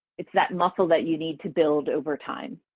it's that muscle that you need to build over time.